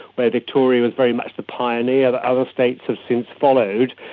where victoria was very much the pioneer that other states have since followed,